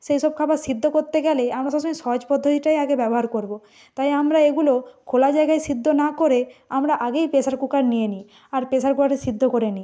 সেই সব খাবার সেদ্ধ করতে গেলে আমরা সবসময় সহজ পদ্ধতিটাই আগে ব্যবহার করব তাই আমরা এইগুলো খোলা জায়গায় সেদ্ধ না করে আমরা আগেই প্রেসার কুকার নিয়ে নিই আর প্রেসার কুকারে সেদ্ধ করে নিই